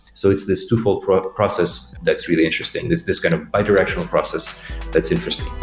so it's this twofold process process that's really interesting. this this kind of bidirectional process that's interesting.